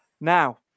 Now